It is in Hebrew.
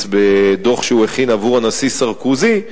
בדוח שהוא הכין עבור הנשיא סרקוזי,